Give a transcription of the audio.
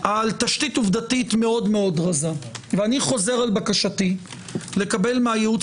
על תשתית עובדתית מאוד רזה ואני חוזר על בקתית לקבל מהייעוץ